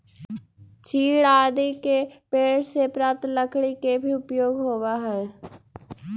चीड़ आदि के पेड़ से प्राप्त लकड़ी के भी उपयोग होवऽ हई